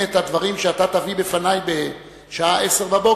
את הדברים שאתה תביא בפני בשעה 10:00,